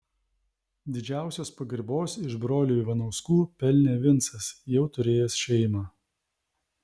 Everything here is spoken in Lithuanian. didžiausios pagarbos iš brolių ivanauskų pelnė vincas jau turėjęs šeimą